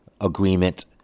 agreement